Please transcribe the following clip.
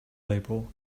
label